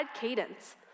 Cadence